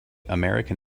american